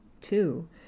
Two